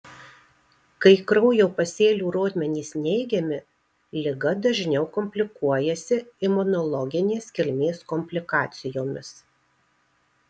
kai kraujo pasėlių rodmenys neigiami liga dažniau komplikuojasi imunologinės kilmės komplikacijomis